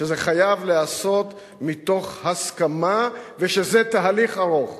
שזה חייב להיעשות מתוך הסכמה ושזה תהליך ארוך.